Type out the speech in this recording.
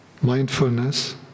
Mindfulness